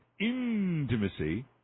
intimacy